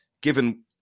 given